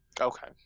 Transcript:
Okay